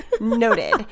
Noted